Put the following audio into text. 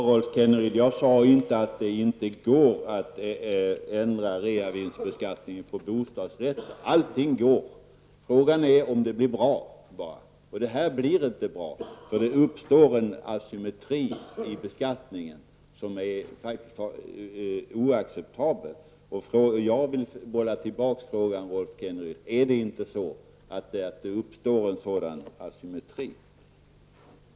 Herr talman! Jag sade inte att det inte går att ändra reavinstbeskattningen på bostadsrätter, Rolf Kenneryd. Allting går. Frågan är bara om det blir bra. Och det här blir inte bra, för det uppstår en asymmetri i beskattningen som är oacceptabel. Jag vill bolla tillbaka frågan till Rolf Kenneryd: Är det inte så att det uppstår en sådan asymmetri?